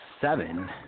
seven